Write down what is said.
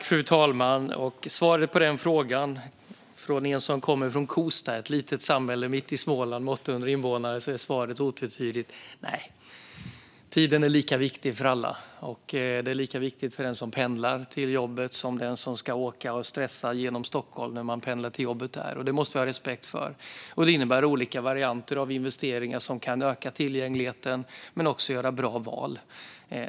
Fru talman! Svaret på den frågan är, från en som kommer från Kosta som är ett litet samhälle mitt i Småland med 800 invånare, otvetydigt nej. Tiden är lika viktig för alla. Den är lika viktig för den som pendlar till jobbet som för den som ska stressa genom Stockholm och som pendlar till jobbet där. Det måste vi ha respekt för. Det innebär olika varianter av investeringar som kan öka tillgängligheten men också att man behöver göra bra val.